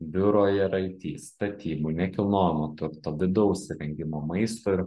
biuro ir it statybų nekilnojamo turto vidaus įrengimo maisto ir